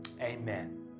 Amen